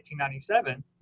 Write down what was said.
1897